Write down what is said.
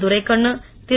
Duraikannu Thiru